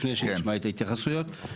לפני שנשמע את ההתייחסויות.